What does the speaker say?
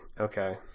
Okay